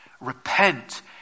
Repent